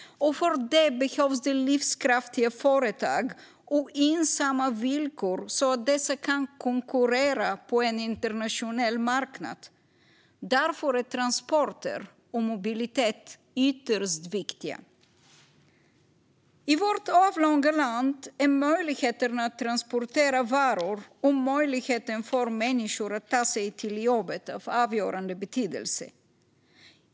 Och för det behövs det livskraftiga företag och gynnsamma villkor, så att dessa kan konkurrera på en internationell marknad. Därför är transporter och mobilitet ytterst viktiga. I vårt avlånga land är möjligheten att transportera varor och möjligheten för människor att ta sig till jobbet av avgörande betydelse.